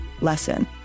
lesson